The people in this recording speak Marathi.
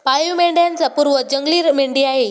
पाळीव मेंढ्यांचा पूर्वज जंगली मेंढी आहे